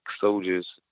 soldiers